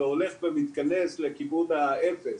והולך ומתכנס לכיוון האפס.